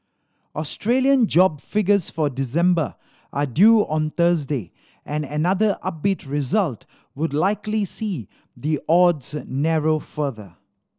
Australian job figures for December are due on Thursday and another upbeat result would likely see the odds narrow further